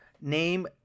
Name